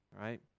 right